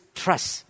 trust